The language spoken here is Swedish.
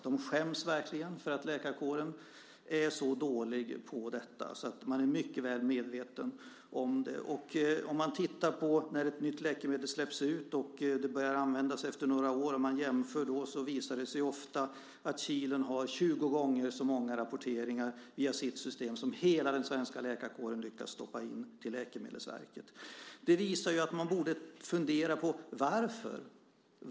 De skäms verkligen för att läkarkåren är så dålig på detta. Man är mycket väl medveten om det. Man kan titta hur det är när ett nytt läkemedel släpps och börjar användas efter några år. Om man jämför visar det sig ofta att Kilen har tjugo gånger så många rapporteringar via sitt system som hela den svenska läkarkåren lyckas sända in till Läkemedelsverket. Det visar att man borde fundera.